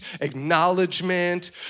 acknowledgement